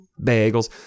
Bagels